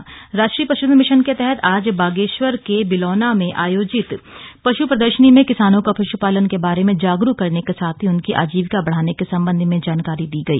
पशु प्रदर्शनी राष्ट्रीय पश्धन मिशन के तहत आज बागेश्वर के बिलौना में आयोजित पश् प्रदर्शनी में किसानों को पश्पालन के बारे में जागरूक करने के साथ ही उनकी आजीविका बढ़ाने के संबंध में जानकारी दी गई